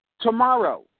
Tomorrow